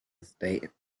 estate